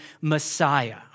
Messiah